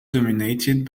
dominated